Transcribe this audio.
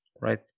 right